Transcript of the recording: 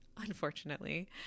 unfortunately